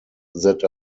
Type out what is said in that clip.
that